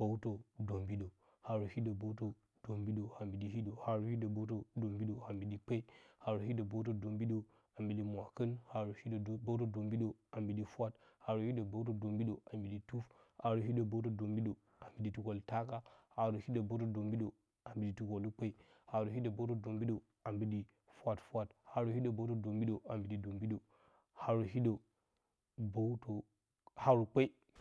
bəwtə dombiɗə. Haarə hidə bəwtə dombiɗə a mbiɗi hiɗ ə haarə hiɗə bəwtə dombiɗə a mbiɗi kpe. k haarə hiɗə bəwtə dambiɗə a mbiɗi mwakam haarə hiɗə bəwtə dombiɗə a mbiɗi fwat, haarə hiɗə bəwtə dombiɗə a mbiɗi tuf, haarə hiɗə bəwtə dombiɗə a mbiɗi tukal taka, haara hiɗə bawtə dombiɗə a mbiɗi tukolukpe, haarə hiɗə bawtə dombiɗə a mbidi fwafwat, haarə hiɗə bəwtə dombidə a mbiɗi dombiɗə, haarə hiɗə bəwtə, haarə kpe.